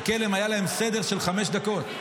בקלם היה להם סדר של חמש דקות.